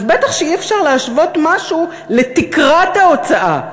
אז בטח שאי-אפשר להשוות משהו לתקרת ההוצאה,